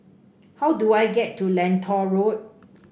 how do I get to Lentor Road